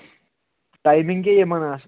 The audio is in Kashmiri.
ٹایمِنٛگ کیٛاہ یِمن آسان